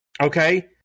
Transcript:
Okay